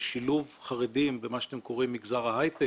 שילוב חרדים במה שאתם קוראים מגזר ההיי-טק